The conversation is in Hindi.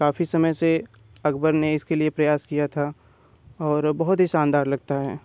काफ़ी समय से अकबर ने इसके लिए प्रयास किया था और बहुत ही शानदार लगता है